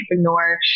entrepreneur